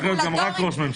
היה צריך להיות רק ראש ממשלה.